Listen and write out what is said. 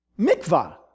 mikvah